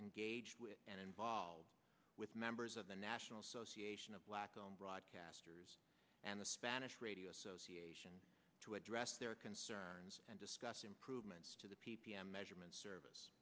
engaged with and involved with members of the national association of black owned broadcasters and the spanish radio association to address their concerns and discuss improvements to the p p m measurement service